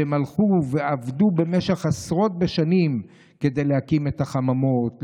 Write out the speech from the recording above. שהלכו ועבדו במשך עשרות בשנים כדי להקים את החממות,